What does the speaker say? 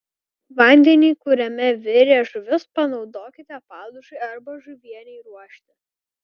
vandenį kuriame virė žuvis panaudokite padažui arba žuvienei ruošti